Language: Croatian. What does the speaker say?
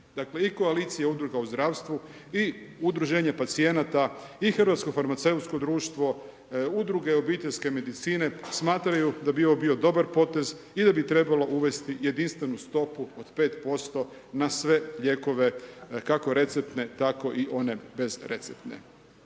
Dakle i koalicija udruga u zdravstvu i udruženje pacijenata i hrvatsko farmaceutsko društvo, udruge obiteljske medicine smatraju da bi ovo bio dobar potez i da bi trebalo uvesti jedinstvenu stopu od 5% na sve lijekove, kako receptne tako i one bez receptne.